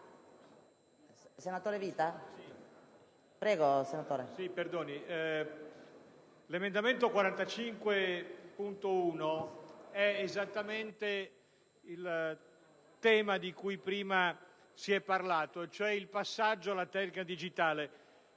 l'emendamento 45.1 riguarda esattamente il tema di cui prima si è parlato, cioè il passaggio alla teca digitale.